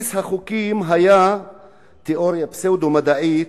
בסיס החוקים היה תיאוריה פסאודו-מדעית,